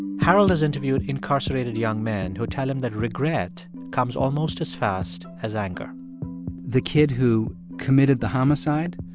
harold has interviewed incarcerated young men who tell him that regret comes almost as fast as anger the kid who committed the homicide,